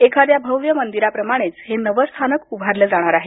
एखाद्या भव्य मंदिराप्रमाणेच हे नवं स्थानक उभारलं जाणार आहे